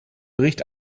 bericht